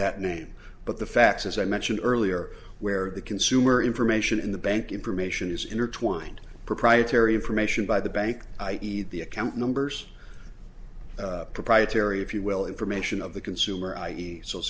that name but the facts as i mentioned earlier where the consumer information in the bank information is intertwined proprietary information by the bank i e the account numbers proprietary if you will information of the consumer i e so